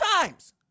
times